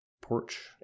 porch